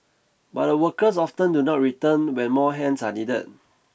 but the workers often do not return when more hands are needed